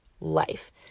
life